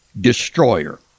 destroyer